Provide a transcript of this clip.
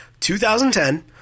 2010